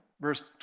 verse